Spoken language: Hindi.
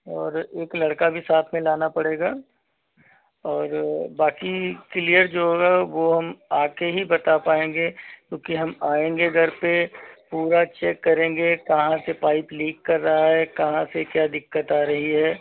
और एक लड़का भी साथ में लाना पड़ेगा और बाकी किलियर जो होगा वो हम आ कर ही बता पाएंगे क्योंकि हम आएंगे घर पर पूरा चेक करेंगे कहाँ से पाइप लीक कर रहा है कहाँ से क्या दिक्कत आ रही है